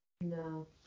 No